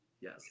Yes